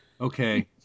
okay